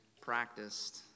practiced